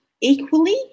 equally